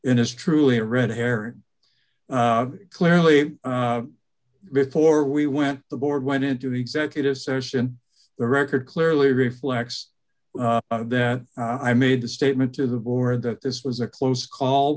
in his truly a red herring clearly before we went the board went into executive session the record clearly reflects that i made the statement to the board that this was a close call